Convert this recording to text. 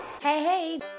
Hey